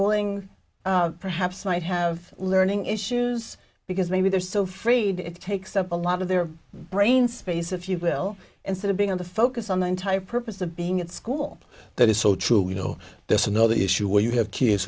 boiling perhaps might have learning issues because maybe they're so fried it takes up a lot of their brain space if you will instead of being on the focus on the entire purpose of being at school that is so true you know there's another issue where you have kids